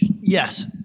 Yes